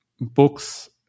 books